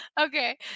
Okay